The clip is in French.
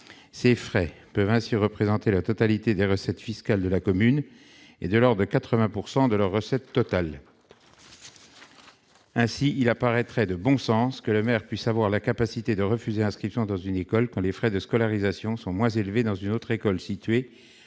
Ces frais peuvent ainsi représenter la totalité des recettes fiscales d'une commune et de l'ordre de 80 % de ses recettes totales. Aussi, il apparaît de bon sens que le maire puisse refuser l'inscription dans une école quand les frais de scolarisation sont moins élevés dans une autre école, située